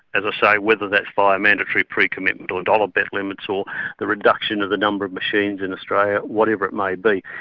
as i say whether that's via mandatory pre-commitment or dollar bet limits or the reduction of the number of machines in australia whatever it may be.